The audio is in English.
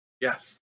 Yes